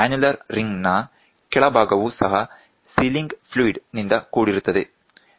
annular ring ನ ಕೆಳಭಾಗವು ಸಹ ಸೀಲಿಂಗ್ ಫ್ಲೂಯಿಡ್ ನಿಂದ ಕೂಡಿರುತ್ತದೆ